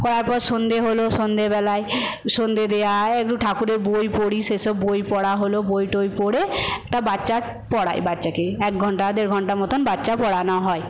করার পরে সন্ধ্যে হল সন্ধ্যে বেলায় সন্ধ্যা দেওয়া একটু ঠাকুরের বই পড়ি সেসব বই পড়া হল বই টই পড়ে একটা বাচ্চার পড়াই বাচ্চাকে এক ঘন্টা দেড় ঘণ্টা মত বাচ্চা পড়ানো হয়